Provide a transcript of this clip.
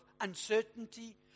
uncertainty